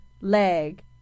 leg